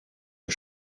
aux